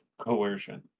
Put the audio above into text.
coercion